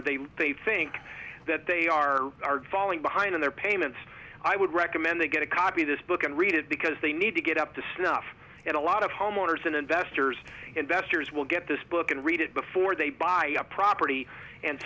or they they think that they are falling behind on their payments i would recommend they get a copy of this book and read it because they need to get up to snuff it a lot of homeowners and investors investors will get this book and read it before they buy a property and